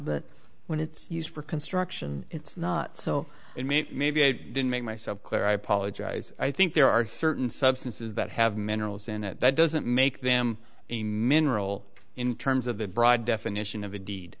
but when it's used for construction it's not so inmate maybe i didn't make myself clear i apologize i think there are certain substances that have minerals in it that doesn't make them a mineral in terms of the broad definition of the deed